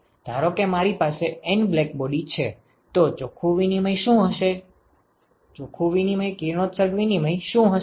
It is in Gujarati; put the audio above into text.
ધારો કે મારી પાસે N બ્લેકબોડી છે તો ચોખ્ખું કિરણોત્સર્ગ વિનિમય શું હશે